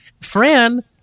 Fran